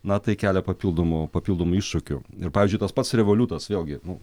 na tai kelia papildomų papildomų iššūkių ir pavyzdžiui tas pats revoliutas vėlgi nu